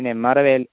Nemmara Vela